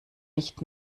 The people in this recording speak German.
nicht